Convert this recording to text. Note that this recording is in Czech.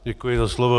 Děkuji za slovo.